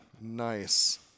Nice